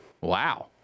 Wow